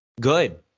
good